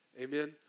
Amen